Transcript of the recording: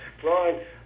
Brian